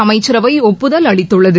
அமைச்சரவை ஒப்புதல் அளித்துள்ளது